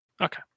Okay